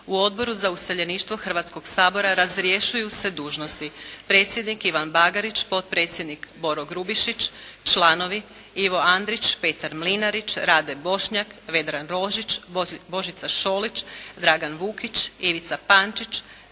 U Odboru za useljeništvo Hrvatskoga sabora razrješuju se dužnosti predsjednik Ivan Bagarić, potpredsjednik Boro Grubišić, članovi Ivo Andrić, Petar Mlinarić, Rade Bošnjak, Vedran Rožić, Božica Šolić, Dragan Vukić, Ivica Pančić,